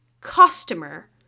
customer